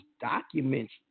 documents